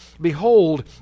Behold